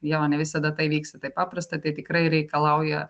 jo ne visada tai vyksta taip paprasta tai tikrai reikalauja